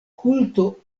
kulto